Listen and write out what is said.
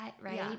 right